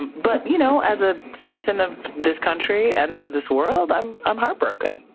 but you know as a citizen of this country and of this world, i'm i'm heartbroken.